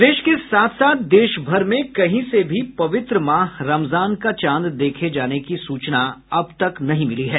प्रदेश के साथ देश भर में कहीं से भी पवित्र माह रमजान का चांद देखे जाने की सूचना अब तक नहीं मिली है